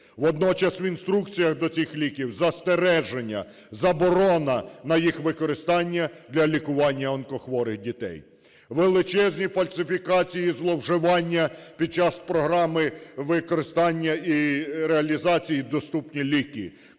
Водночас в інструкціях до цих ліків застереження: "заборона на їх використання для лікування онкохворих дітей". Величезні фальсифікації і зловживання під час програми використання і реалізації "Доступні ліки".